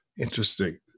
Interesting